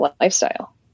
lifestyle